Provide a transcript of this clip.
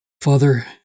Father